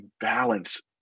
balance